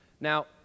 Now